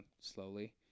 slowly